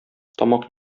тамак